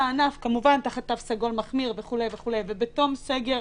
כמו לדוגמה כמה אנשים מתו בגלל קורונה ולא עם קורונה,